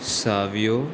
Savio